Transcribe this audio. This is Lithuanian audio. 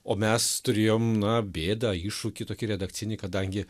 o mes turėjom na bėdą iššūkį tokį redakcinį kadangi